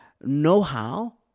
know-how